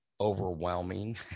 overwhelming